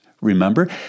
remember